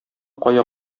кая